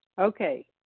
Okay